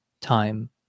time